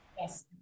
yes